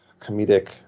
comedic